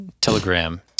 Telegram